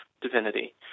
divinity